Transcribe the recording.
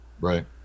Right